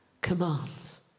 commands